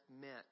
meant